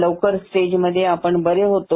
लवकर स्टेजमधे आपण बरे होतो